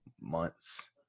months